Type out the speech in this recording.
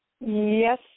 Yes